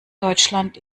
deutschland